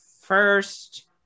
first